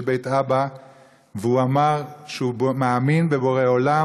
בית אבא והוא אמר שהוא מאמין בבורא עולם,